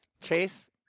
Chase